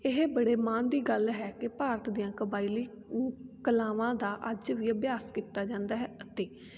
ਇਹ ਬੜੇ ਮਾਨ ਦੀ ਗੱਲ ਹੈ ਕਿ ਭਾਰਤ ਦੀਆਂ ਕਬਾਇਲੀ ਕਲਾਵਾਂ ਦਾ ਅੱਜ ਵੀ ਅਭਿਆਸ ਕੀਤਾ ਜਾਂਦਾ ਹੈ ਅਤੇ